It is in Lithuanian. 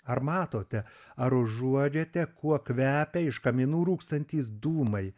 ar matote ar užuodžiate kuo kvepia iš kaminų rūkstantys dūmai